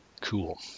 Cool